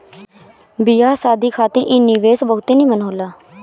बियाह शादी खातिर इ निवेश बहुते निमन होला